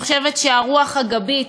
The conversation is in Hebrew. אני חושבת שהרוח הגבית,